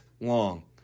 long